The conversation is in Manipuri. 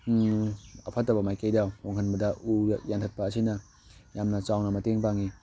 ꯑꯐꯠꯇꯕ ꯃꯥꯏꯀꯩꯗ ꯍꯣꯡꯍꯟꯕꯗ ꯎ ꯌꯥꯟꯊꯠꯄ ꯑꯁꯤꯅ ꯌꯥꯝꯅ ꯆꯥꯎꯅ ꯃꯇꯦꯡ ꯄꯥꯡꯉꯤ